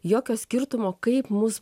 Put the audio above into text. jokio skirtumo kaip mus